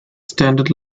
standard